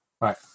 right